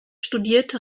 studierte